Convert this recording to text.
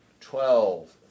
Twelve